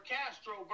Castro